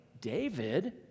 David